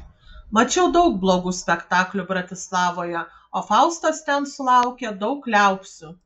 mačiau daug blogų spektaklių bratislavoje o faustas ten sulaukė daug liaupsių